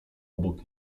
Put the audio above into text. obok